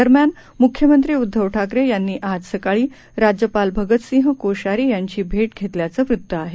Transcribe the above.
दरम्यान मुख्यमंत्री उद्दव ठाकरे यांनी आज सकाळी राज्यपाल भगतसिंह कोश्यारी यांची भेट घेतल्याचं वृत्त आहे